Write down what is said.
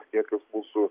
niekas mūsų